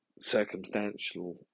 circumstantial